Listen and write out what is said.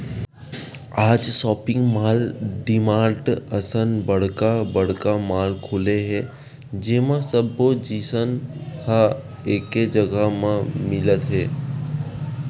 आज shopping mall, DMart असन बड़का बड़का मॉल खुले हे जेमा सब्बो जिनिस ह एके जघा म मिलत हे